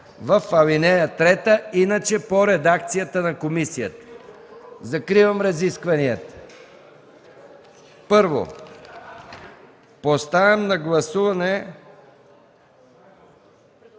в ал. 3 иначе по редакцията на комисията. Закривам разискванията. Поставям на гласуване